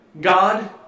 God